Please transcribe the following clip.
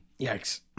yikes